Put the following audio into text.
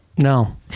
No